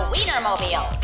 Wienermobile